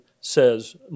says